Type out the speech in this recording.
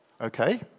Okay